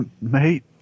Mate